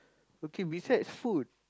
okay besides food